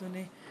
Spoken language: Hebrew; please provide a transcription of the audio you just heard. אדוני,